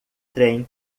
trem